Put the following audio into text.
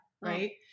right